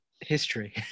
history